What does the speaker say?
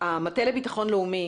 המטה לביטוח לאומי,